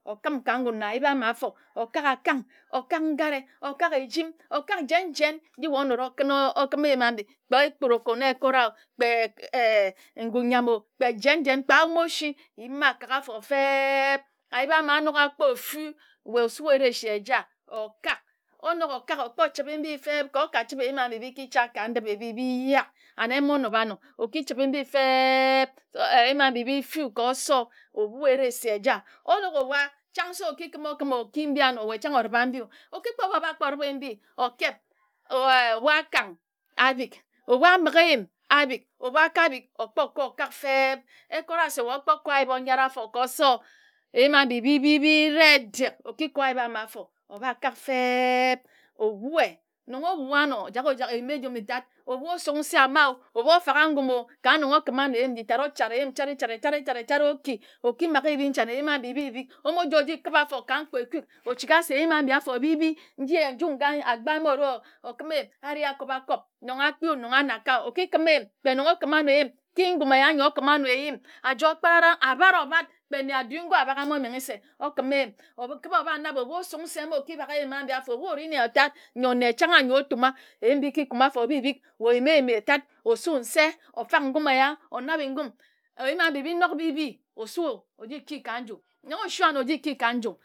Okim ka ngun na ayip ama afor okak akang okak ngare okak ejim okak jen jen nji wae onora okin okim eyim eji kpe ekporoko na ekara o kpe eh eh ngu nyam ō kpe jen jen kpe awomo osi yima kak afor feb. ayip ama anok akpo fu wae osu ersi eja okok anok okak okpor chibe mbi feb ka oka chibe mbim abi erong ekicha ka ndip ebi bi yak and emo nob anor oki chibe mbi feb oyima mbibi fu kor osor obui eresi eja onok oba chang se okikim okim oki mbi anor chang oriba mbi o okpor ba okipor oba oba-kpor oribe mbi okeb eh ebu akang abik ebu ambi gi eyim abik ebu akabik okpor kor okak feb ekora se wae okpor kor ayip onyard afor kor osor eyim abi bi bi bi eredek okikor ayip ama afor obakak feb obue nong obua anor ojak oja oyime ejum etad ebu osuk nse ama ō ebu ofak a ngum ō ka nong okim anor eyim nji tad ochard eyim chari chari chari chari chari oki okimage ebi nchane eyima mbibi bik omo oji ojikibe afor ka mkpe ekok ochika se eyim abi afor bibi njie nji nga agba ma ore okima ayip areh a kob akod nong akpo nong anakae ō okikim eyim kpe nong okim anor eyim ki ngum eya nyi okim anor eyim ajor kpakarak abord obard kpe nne adu ngor abak amoenghe se okim eyim okiba oba nob ebu osuk nse mmi okibak eyim aji afor ebu are nne otard ntor nne chang nyor otuma eyi mbi okikuma afor ebibid wae oyima eyum etard osu nse ofak ngum eya onabe ngum eyim abi mbibi nok bibi osui ojiki ka nju nong osui anor ojiki ka nju